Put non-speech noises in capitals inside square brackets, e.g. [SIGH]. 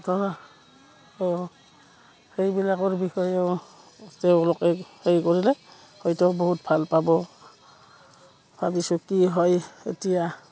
[UNINTELLIGIBLE] সেইবিলাকৰ বিষয়েও তেওঁলোকে হেৰি কৰিলে হয়তো বহুত ভাল পাব ভাবিছোঁ কি হয় এতিয়া